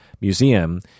museum